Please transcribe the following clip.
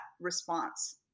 response